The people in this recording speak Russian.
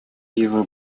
его